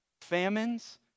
famines